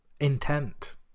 intent